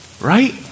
Right